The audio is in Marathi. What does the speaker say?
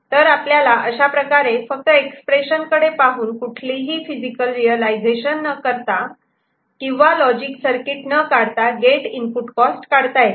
तर आपल्याला अशा प्रकारे फक्त एक्सप्रेशन कडे पाहून कुठलेही ही फिजिकल रियलायझेशन न करता किंवा लॉजिक सर्किट न काढता गेट इनपुट कॉस्ट काढता येते